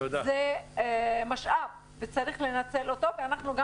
זה משאב וצריך לנצל אותו ואנחנו גם